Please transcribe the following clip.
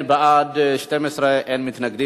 ובכן, בעד, 12, אין מתנגדים.